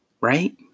right